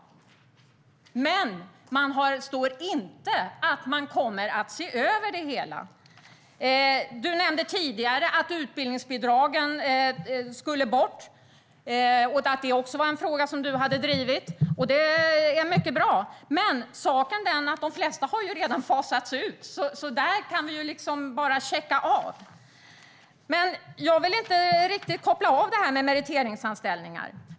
Men det står inte att man kommer att se över det hela. Du nämnde tidigare att utbildningsbidragen skulle bort och att det också är en fråga som du har drivit. Det är mycket bra, men saken är den att de flesta redan har fasats ut, så det kan vi liksom bara bocka av. Men jag vill inte riktigt koppla bort det här med meriteringsanställningar.